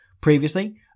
previously